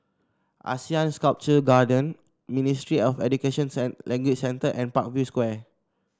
Asean Sculpture Garden Ministry of Education Language Centre and Parkview Square